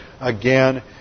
again